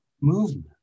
movement